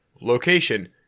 Location